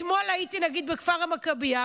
אתמול הייתי בכפר המכבייה,